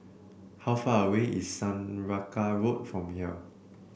how far away is Saraca Road from here